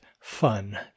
fun